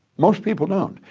most people don't.